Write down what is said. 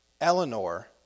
Eleanor